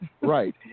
right